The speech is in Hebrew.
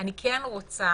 אני כן רוצה